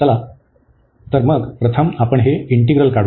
चला तर मग प्रथम आपण हे इंटीग्रल काढू